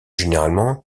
généralement